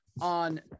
on